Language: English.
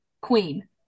Queen